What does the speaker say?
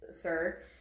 sir